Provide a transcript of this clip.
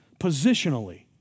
positionally